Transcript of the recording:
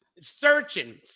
Searching